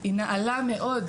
היא נעלה מאוד,